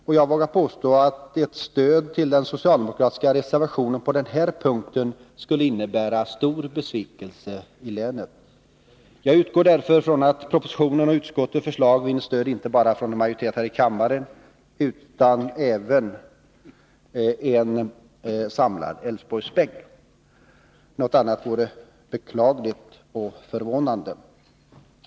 Och jag vågar påstå att ett stöd till den socialdemokratiska reservationen på den här punkten skulle innebära stor besvikelse i länet. Jag hoppas därför att propositionen och utskottsmajoritetens förslag vinner stöd inte bara av en majoritet här i kammaren utan även av en samlad Älvsborgsbänk. Något annat vore beklagligt och förvånande.